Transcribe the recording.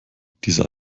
diese